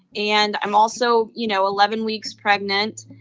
and i'm also, you know, eleven weeks pregnant.